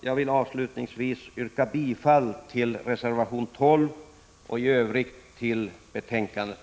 Jag vill avslutningsvis yrka bifall till reservation 12 och i Övrigt till utskottets hemställan.